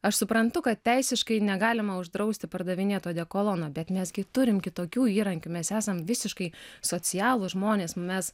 aš suprantu kad teisiškai negalima uždrausti pardavinėt odekolono bet mes gi turim kitokių įrankių mes esam visiškai socialūs žmonės mes